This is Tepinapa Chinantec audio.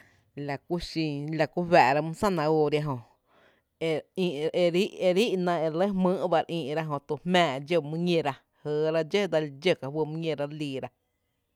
La kú xiin la kú fⱥⱥ’ rá mý zanahóória jö ee re ííná e re lɇ jmýý’ ba re ïí’rá jötu jmⱥⱥ dxǿ mý ñíra jɇɇra dxǿ dsel dxǿ ka fý mý ñíra liira.